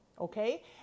Okay